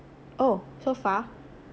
oh so far